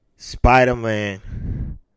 spider-man